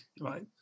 right